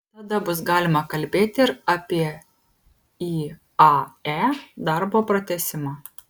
tada bus galima kalbėti ir apie iae darbo pratęsimą